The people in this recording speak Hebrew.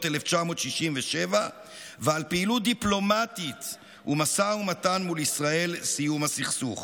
1967 ועל פעילות דיפלומטית ומשא ומתן מול ישראל לסיום הסכסוך.